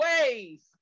ways